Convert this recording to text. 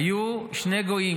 היו שני גויים,